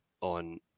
on